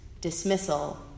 dismissal